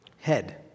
head